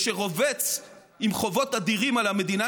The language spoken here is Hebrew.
ושרובץ עם חובות אדירים על המדינה,